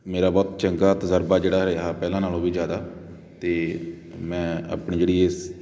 ਮੇਰਾ ਬਹੁਤ ਚੰਗਾ ਤਜ਼ਰਬਾ ਜਿਹੜਾ ਰਿਹਾ ਪਹਿਲਾਂ ਨਾਲੋਂ ਵੀ ਜ਼ਿਆਦਾ ਅਤੇ ਮੈਂ ਆਪਣੀ ਜਿਹੜੀ ਇਸ